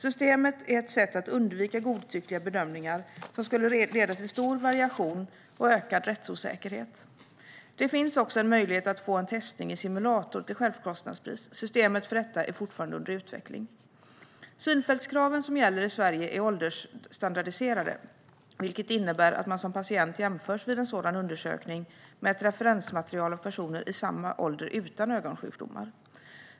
Systemet är ett sätt att undvika godtyckliga bedömningar, vilka skulle leda till stor variation och ökad rättsosäkerhet. Det finns också en möjlighet att få en testning i simulator till självkostnadspris. Systemet för detta är fortfarande under utveckling. Synfältskraven som gäller i Sverige är åldersstandardiserade, vilket innebär att man som patient vid en sådan undersökning jämförs med ett referensmaterial av personer i samma ålder utan ögonsjukdomar.